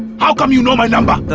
how come you know my number?